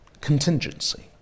contingency